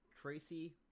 Tracy